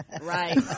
Right